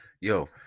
Yo